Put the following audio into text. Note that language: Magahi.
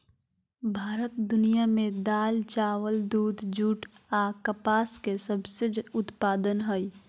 भारत दुनिया में दाल, चावल, दूध, जूट आ कपास के सबसे उत्पादन हइ